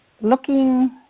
Looking